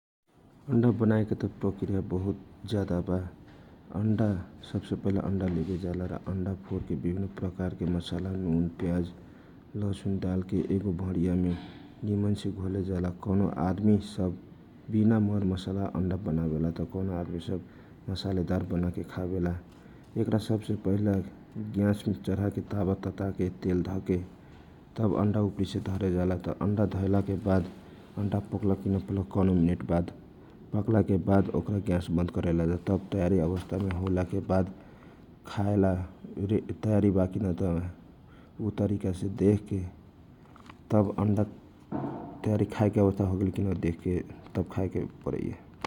अन्डा बनाएको त बहुत प्रकृयावा सबसे पहिला अन्डा लेवेजाला अन्डा फोरके एक भडियामे डालके विभिनन मर मसाला राखे जाला तब ओकरा घोले जाला कौनो आदमी सब विना मर मसाला अन्डा बनावेला त कौने यसला बाला बनावले उहेसे पहिला ताबा चुलमे धीका के तेल डालके अन्डा रखे जाला अन्डा पाकलक की न देख के तब खाए के पराइए ।